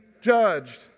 judged